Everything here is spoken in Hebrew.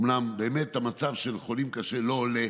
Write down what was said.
אומנם המצב של חולים קשה לא עולה